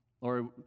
Lord